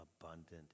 abundant